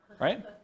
Right